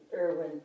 Irwin